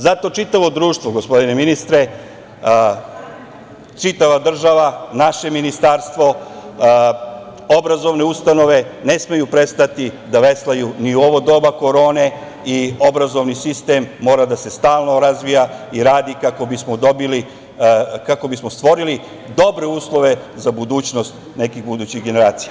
Zato čitavo društvo, gospodine ministre, čitava država, naše ministarstvo, obrazovne ustanove, ne smeju prestati da veslaju ni u ovo doba korone i obrazovni sistem mora da se stalno razvija i radi kako bismo stvorili dobre uslove za budućnost nekih budućih generacija.